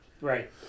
Right